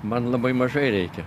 man labai mažai reikia